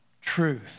truth